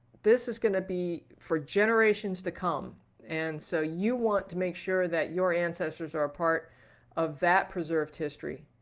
this is to be for generations to come and so you want to make sure that your ancestors are a part of that preserved history.